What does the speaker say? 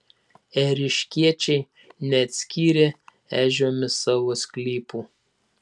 ėriškiečiai neatskyrė ežiomis savo sklypų